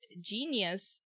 genius